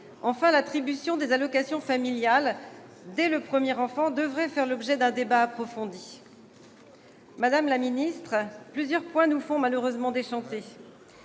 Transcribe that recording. Enfin, l'attribution des allocations familiales dès le premier enfant devrait faire l'objet d'un débat approfondi. Madame la ministre, plusieurs points nous ont malheureusement fait déchanter.